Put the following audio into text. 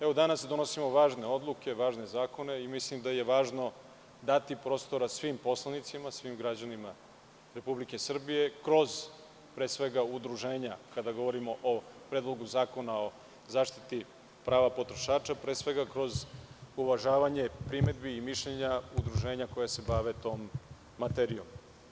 Evo, danas donosimo važne odluke, važne zakone i mislim da je važno dati prostora svim poslanicima, svim građanima Republike Srbije kroz uvažavanje pre svega, kada govorimo o Predlogu zakona o zaštiti prava potrošača, primedbi i mišljenja udruženja koja se bave tom materijom.